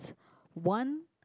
one